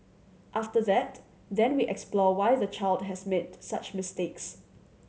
after that then we explore why the child has made such mistakes